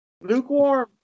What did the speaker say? Lukewarm